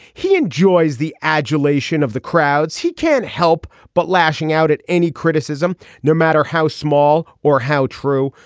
he enjoys the adulation of the crowds. he can't help but lashing out at any criticism no matter how small or how true.